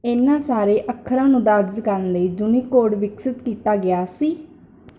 ਇਹਨਾਂ ਸਾਰੇ ਅੱਖਰਾਂ ਨੂੰ ਦਰਜ ਕਰਨ ਲਈ ਯੂਨੀਕੋਡ ਵਿਕਸਿਤ ਕੀਤਾ ਗਿਆ ਸੀ